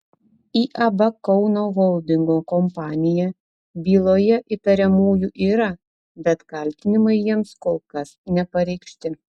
iab kauno holdingo kompanija byloje įtariamųjų yra bet kaltinimai jiems kol kas nepareikšti